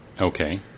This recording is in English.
Okay